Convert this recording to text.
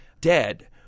dead